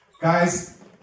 Guys